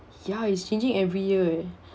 ya it's changing every year eh